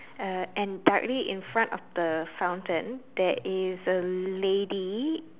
uh and directly in front of the fountain there is a lady